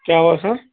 کیا ہوا سر